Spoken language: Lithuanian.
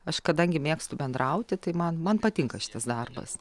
aš kadangi mėgstu bendrauti tai man man patinka šitas darbas